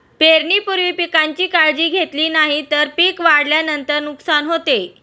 पेरणीपूर्वी पिकांची काळजी घेतली नाही तर पिक वाढल्यानंतर नुकसान होते